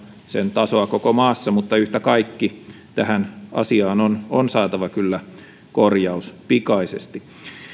tasoa koko maassa mutta yhtä kaikki tähän asiaan on on saatava kyllä korjaus pikaisesti